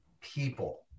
people